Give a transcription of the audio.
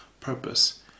purpose